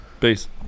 Peace